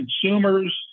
consumers